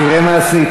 תראה מה עשית.